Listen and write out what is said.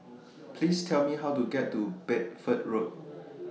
Please Tell Me How to get to Bedford Road